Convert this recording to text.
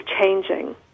changing